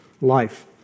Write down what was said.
life